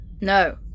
No